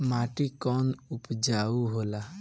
माटी कौन उपजाऊ होला?